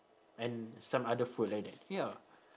and some other food like that ya